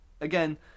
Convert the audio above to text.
Again